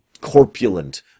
corpulent